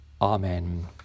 Amen